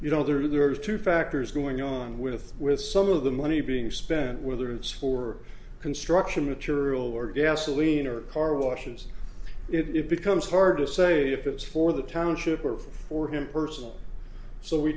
you know there are two factors going on with with some of the money being spent whether it's for construction material or gasoline or car washes it becomes hard to say if it was for the township or for him personally so we